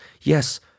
Yes